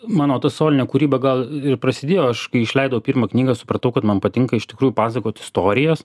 mano ta solinė kūryba gal ir prasidėjo aš kai išleidau pirmą knygą supratau kad man patinka iš tikrųjų pasakoti istorijas